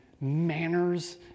manners